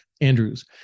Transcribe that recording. Andrews